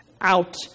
out